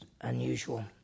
unusual